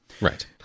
Right